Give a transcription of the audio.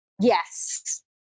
Yes